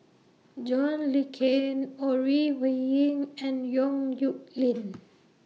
John Le Cain Ore Huiying and Yong Nyuk Lin